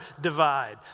divide